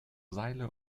seile